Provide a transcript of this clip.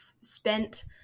spent